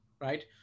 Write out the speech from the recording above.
Right